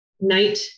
night